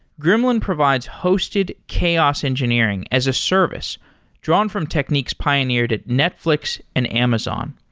gremlin provides hosted chaos engineering as a service drawn from techniques pioneered at netflix and amazon.